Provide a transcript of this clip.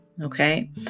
Okay